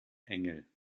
engel